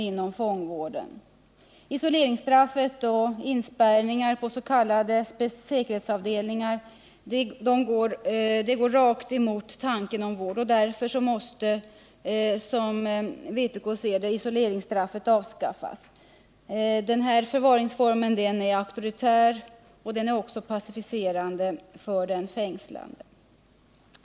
Isoleringsstraffet och inspärrningarna på s.k. säkerhetsavdelningar strider helt mot tanken på vård, och därför måste, enligt vpk:s mening, isoleringsstraffet avskaffas. Denna förvaringsform är auktoritär och också passiverande för den fängslade.